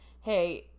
hey